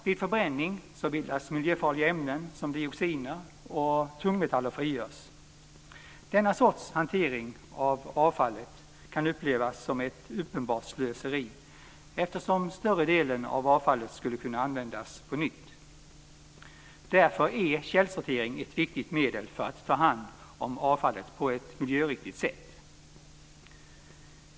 Vid förbränning bildas miljöfarliga ämnen som dioxiner, och tungmetaller frigörs. Denna sorts hantering av avfallet kan upplevas som ett uppenbart slöseri, eftersom större delen av avfallet skulle kunna användas på nytt. Därför är källsortering ett viktigt medel för att ta hand om avfallet på ett miljöriktigt sätt.